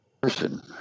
person